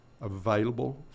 available